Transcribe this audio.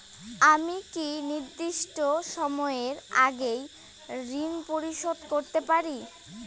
আমি কি নির্দিষ্ট সময়ের আগেই ঋন পরিশোধ করতে পারি?